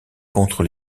contre